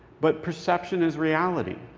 but perception is reality.